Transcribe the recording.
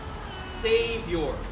Savior